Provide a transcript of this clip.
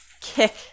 kick